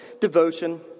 devotion